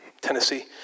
Tennessee